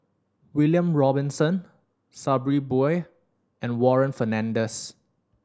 William Robinson Sabri Buang and Warren Fernandez